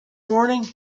morning